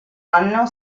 anno